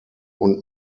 und